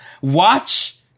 watch